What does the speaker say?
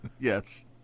Yes